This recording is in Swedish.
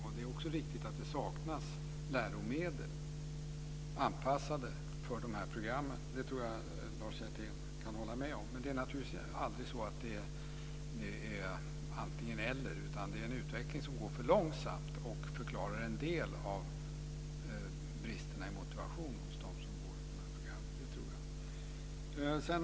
Det är också riktigt att det saknas läromedel som är anpassade för de här programmen. Jag tror att Lars Hjertén kan hålla med om det. Det är naturligtvis aldrig antingen/eller, utan det är en utveckling som går för långsamt. Det förklarar en del av bristerna i motivation hos dem som går dessa program.